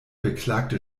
beklagte